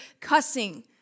cussing